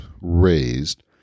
raised